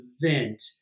event